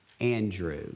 Andrew